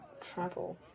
travel